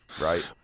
right